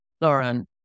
Lauren